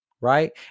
right